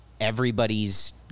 Everybody's